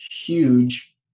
huge